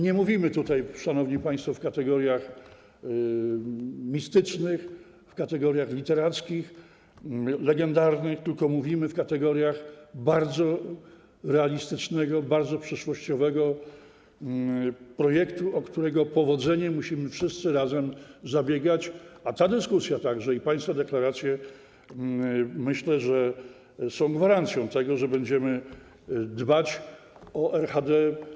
Nie mówimy tutaj, szanowni państwo, w kategoriach mistycznych, w kategoriach literackich, legendarnych, tylko mówimy w kategoriach bardzo realistycznego, bardzo przyszłościowego projektu, o którego powodzenie musimy wszyscy razem zabiegać, a także ta dyskusja i państwa deklaracje, myślę, są gwarancją tego, że będziemy dbać o RHD.